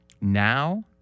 now